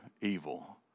evil